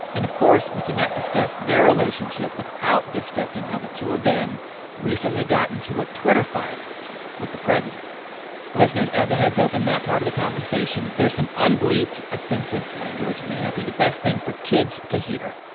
and, of course, we cannot discuss their relationship without discussing how the two of them recently got into a twitter fight with the president listeners, as a heads up, in that part of the conversation, there's some unbleeped offensive language. it may not be the best thing for kids to hear.